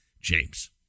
James